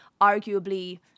arguably